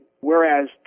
whereas